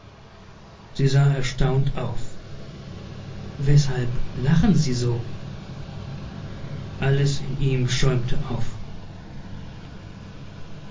sie sah erstaunt auf weshalb lachen sie so alles in ihm schäumte auf